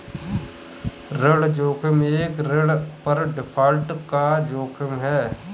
ऋण जोखिम एक ऋण पर डिफ़ॉल्ट का जोखिम है